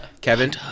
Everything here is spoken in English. Kevin